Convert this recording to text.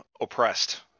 oppressed